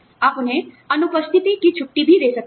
आप उन्हें अनुपस्थिति की छुट्टी भी दे सकते थे